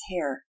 hair